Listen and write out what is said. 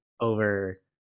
over